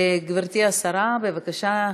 גברתי השרה, בבקשה.